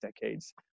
decades